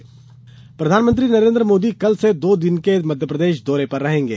मोदी दौरा प्रधानमंत्री नरेन्द्र मोदी कल से दो दिन के मध्यप्रदेश दौरे पर रहेंगे